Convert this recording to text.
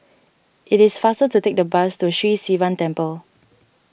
it is faster to take the bus to Sri Sivan Temple